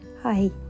Hi